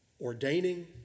ordaining